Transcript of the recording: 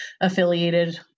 affiliated